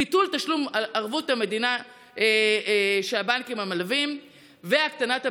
ביטול תשלום ערבות המדינה של הבנקים המלווים והקטנת הביטחונות.